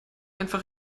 einfach